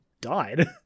died